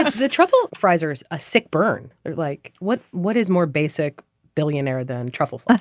the trouble. fraser's a sick burn. they're like what. what is more basic billionaire than truffles.